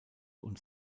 und